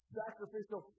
sacrificial